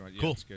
cool